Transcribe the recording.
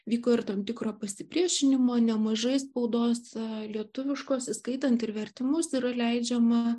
vyko ir tam tikro pasipriešinimo nemažai spaudos lietuviškos įskaitant ir vertimus yra leidžiama